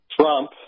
Trump